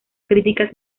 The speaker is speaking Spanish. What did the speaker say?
críticas